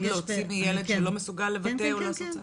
להוציא מילד שלא מסוגל לבטא או לעשות צעד?